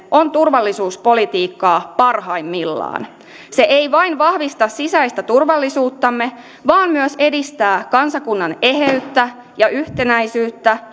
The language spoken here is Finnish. on turvallisuuspolitiikkaa parhaimmillaan se ei vain vahvista sisäistä turvallisuuttamme vaan myös edistää kansakunnan eheyttä ja yhtenäisyyttä